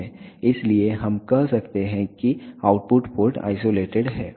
इसलिए हम कह सकते हैं कि आउटपुट पोर्ट आइसोलेटेड हैं